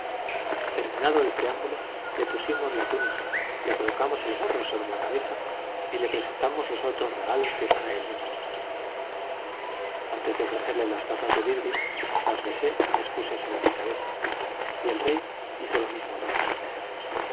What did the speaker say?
terminado el preámbulo le pusimos la túnica le colocamos el gorro sobre la cabeza y le presentamos los otros regalos que para él llevábamos antes de ofrecerle las tazas de vidrio las besé y las puse sobre mi cabeza y el rey hizo lo mismo al recibirlas